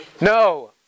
No